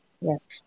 Yes